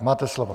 Máte slovo.